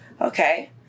Okay